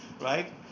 right